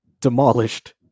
demolished